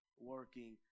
working